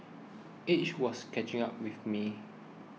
age was catching up with me